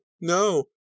no